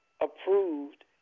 approved